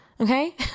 Okay